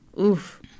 oof